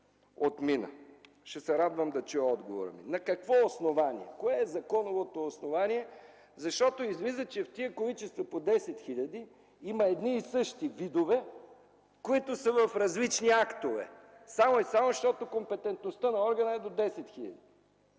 актуален. Ще се радвам да чуя отговора Ви: на какво основание, кое е законовото основание, защото излиза, че в тези количества по 10 000 има едни и същи видове, които са в различни актове, само и само щото компетентността на органа е до 10 000?